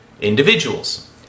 individuals